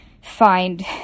find